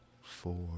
four